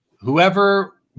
whoever